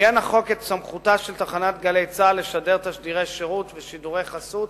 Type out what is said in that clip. עיגן החוק את סמכותה של תחנת "גלי צה"ל" לשדר תשדירי שירות ושידורי חסות